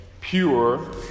pure